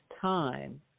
time